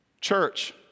Church